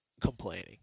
complaining